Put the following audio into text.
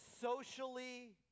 Socially